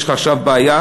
יש לך עכשיו בעיה,